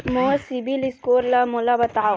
मोर CIBIL score ला मोला बताव?